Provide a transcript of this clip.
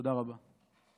תודה רבה.